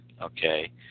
Okay